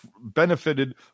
benefited